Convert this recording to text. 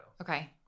Okay